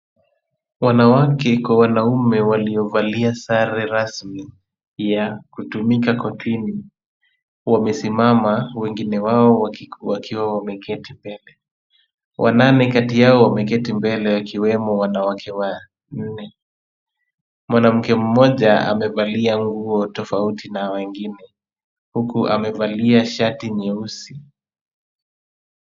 Wanawake kwa wanaume waliovalia sare rasmi ya kutumika kortini, wamesimama wengine wao wakiwa wameketi mbele. Wanane kati yao wameketi mbele wakiwemo wanawake wanne, mwanamke mmoja amevalia nguo tofauti na wengine, huku amevalia shati nyeusi.